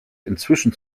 inzwischen